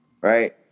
Right